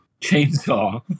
Chainsaw